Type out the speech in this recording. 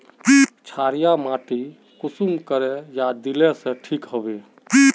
क्षारीय माटी कुंसम करे या दिले से ठीक हैबे?